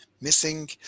missing